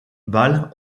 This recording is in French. bâle